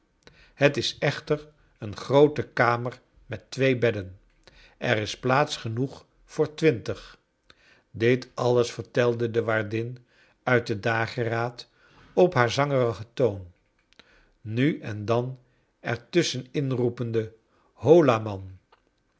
het is echter een groote kamer met twee bedden ei is plaats genoeg voor twintig dit alles vertelde de waardin uit de dageraad op haar zangerigen toon nu en dan er tusschen in roepende hola man